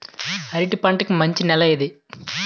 అరటి పంట కి మంచి నెల ఏది?